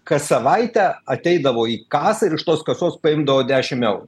kas savaitę ateidavo į kasą ir iš tos kasos paimdavo dešim eurų